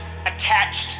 attached